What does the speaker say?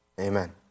Amen